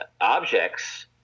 objects